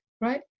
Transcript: right